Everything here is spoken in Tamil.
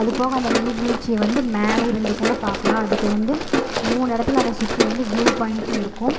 அது போக அந்த நீர்வீழ்ச்சிய வந்து மேலே இருந்து கூட பார்க்கலாம் அதுக்கு வந்து மூணு இடத்துல அதை சுற்றி வந்து வியூ பாயிண்ட்னு இருக்கும்